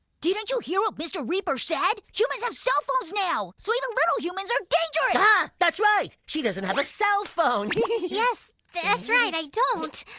didn't you hear what mr. reaper said! humans have cellphones now! so even little humans are dangerous! ah! that's right! she doesn't have a cellphone! yes! that's right! i don't.